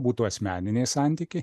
būtų asmeniniai santykiai